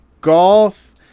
golf